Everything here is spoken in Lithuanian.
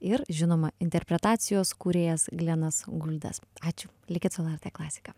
ir žinoma interpretacijos kūrėjas glenas guldes ačiū likit su lrt klasika